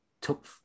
took